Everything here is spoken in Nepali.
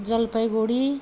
जलपाइगुडी